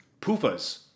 pufas